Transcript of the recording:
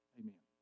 amen